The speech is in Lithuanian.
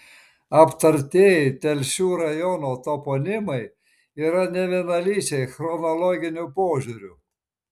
aptartieji telšių rajono toponimai yra nevienalyčiai chronologiniu požiūriu